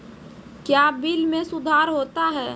क्या बिल मे सुधार होता हैं?